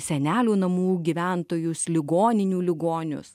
senelių namų gyventojus ligoninių ligonius